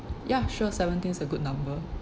ya sure seventeen's a good number